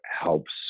helps